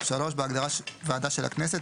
בהגדרה "ועדה של הכנסת",